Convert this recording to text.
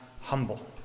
humble